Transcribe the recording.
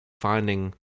finding